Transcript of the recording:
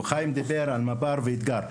חיים דיבר על כיתות מב״ר אתגר,